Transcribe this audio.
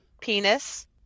penis